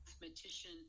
mathematician